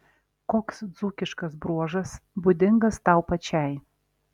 koks dzūkiškas bruožas būdingas tau pačiai